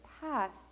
past